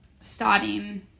starting